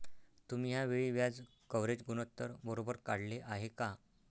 तुम्ही या वेळी व्याज कव्हरेज गुणोत्तर बरोबर काढले आहे का?